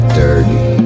dirty